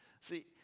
See